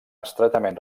estretament